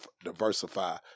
diversify